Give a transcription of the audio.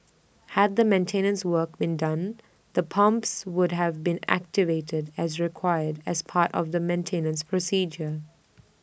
had the maintenance work been done the pumps would have been activated as required as part of the maintenance procedure